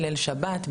ליל שבת,